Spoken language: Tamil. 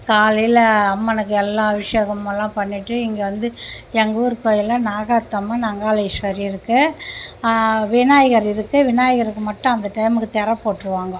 காலையில் அம்மனுக்கு எல்லாம் அபிஷேகமெல்லாம் பண்ணிவிட்டு இங்கே வந்து எங்கள் ஊர் கோயிலில் நாகாத்தம்மன் அங்காள ஈஸ்வரி இருக்கு விநாயகர் இருக்கு விநாயகருக்கு மட்டும் அந்த டைம்மிற்கு திரை போட்டு போட்டுருவாங்கோ